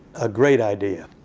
a great idea.